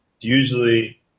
usually